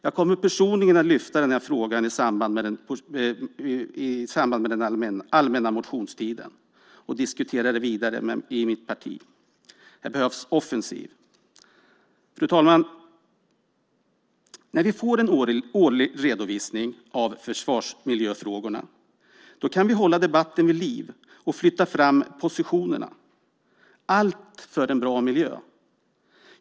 Jag kommer personligen att lyfta fram denna fråga i samband med den allmänna motionstiden och diskutera den vidare i mitt parti. Här behövs en offensiv! Fru talman! När vi får en årlig redovisning av försvarsmiljöfrågorna kan vi hålla debatten vid liv och flytta fram positionerna - allt för en bra miljö.